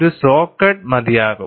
ഒരു saw cut മതിയാകും